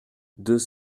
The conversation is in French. deux